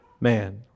man